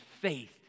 faith